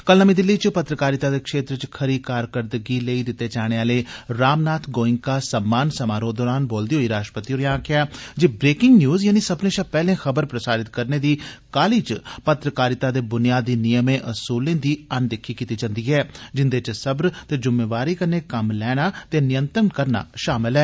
कल नमीं दिल्ली च पत्रकारिता दे क्षेत्र च खरी कारकरदगी लेई दिते जाने आले रामनाथ गोइंका सम्मान समारोह दौरान बोलदे होई राश्ट्रपति होरें आक्खेआ जे ब्रेकिंग न्यूज यानि सब्बने षा पैहले खबर प्रसारत करने दी काहली च पत्रकारिता दे बुनियादी नियमें उसूलें दी अनदिक्खी कीती जन्दी ऐ जिन्दे च सब्र ते जुम्मेवारी कन्नै कम्म लैना ते नियंत्रण करना षामल न